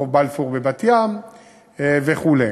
רחוב בלפור בבת-ים וכו'.